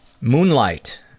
Moonlight